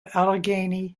allegheny